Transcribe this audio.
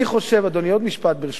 אני חושב, אדוני, עוד משפט, ברשותך.